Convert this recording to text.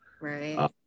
Right